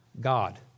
God